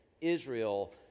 Israel